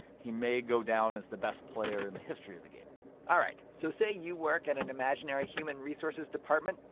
he may go down as the best player in the history of the game all right. so say you work at an imaginary human resources department.